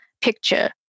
picture